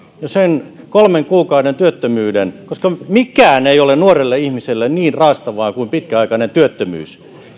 sen kolmen kuukauden työttömyyden koska mikään ei ole nuorelle ihmiselle niin raastavaa kuin pitkäaikainen työttömyys